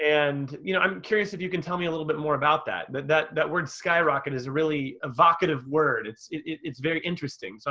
and you know i'm curious if you can tell me a little bit more about that? that that word skyrocket is a really evocative word. it's it's very interesting. so